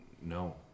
No